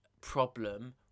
problem